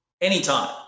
anytime